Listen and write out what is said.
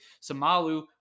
Samalu